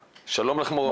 הנושא הוא חשוב.